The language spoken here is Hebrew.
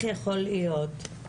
היום ה-15 בנובמבר